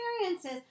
experiences